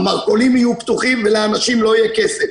המרכולים יהיו פתוחים ולאנשים לא יהיה כסף.